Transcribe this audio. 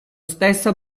stesso